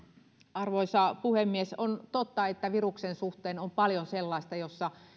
arvoisa puhemies on totta että viruksen suhteen on paljon sellaista jossa